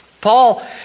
Paul